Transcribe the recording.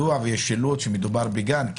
וידוע שמדובר בגן?